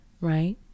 right